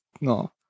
No